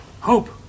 Hope